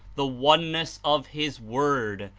the one ness of his word,